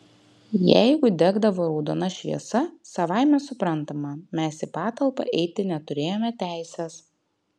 jeigu degdavo raudona šviesa savaime suprantama mes į patalpą eiti neturėjome teisės